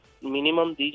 minimum